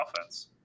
offense